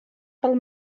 pel